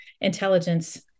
intelligence